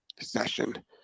session